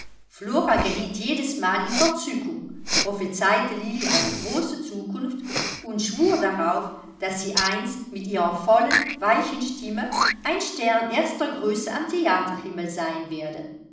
flora geriet jedesmal in verzückung prophezeite lilli eine große zukunft und schwur darauf daß sie einst mit ihrer vollen weichen stimme ein stern erster größe am theaterhimmel sein werde